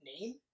name